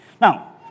Now